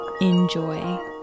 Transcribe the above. Enjoy